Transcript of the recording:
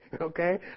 Okay